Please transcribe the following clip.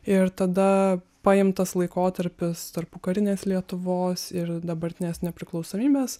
ir tada paimtas laikotarpis tarpukarinės lietuvos ir dabartinės nepriklausomybės